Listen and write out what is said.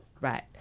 Right